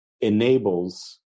enables